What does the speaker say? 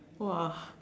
!wah!